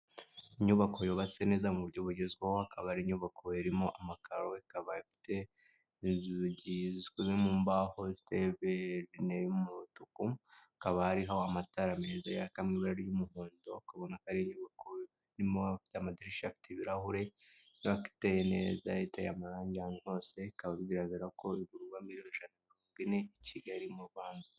Inyubako yubatse neza mu buryo bugezweho, akaba ari inyubako irimo amakaro, ikaba afite inzugi zikoze mu mbaho zifite verine y'umutuku, hakaba hariho amatara meza yaka mu ibara ry'umuhondo, ukabona ko ari inyubako irimo amadirishya afite ibirahure, ikaba iteye neza, iteye amarangi ahantu hose, bikaba bigaragara ko igurwa miliyoni ijana na mirongo ine i Kigali mu Rwanda.